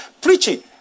preaching